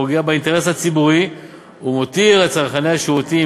פוגע באינטרס הציבורי ומותיר את צרכני השירותים,